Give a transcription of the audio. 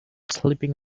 sleeping